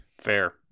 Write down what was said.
Fair